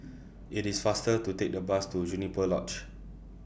IT IS faster to Take The Bus to Juniper Lodge